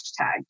hashtag